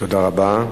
תודה רבה.